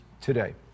today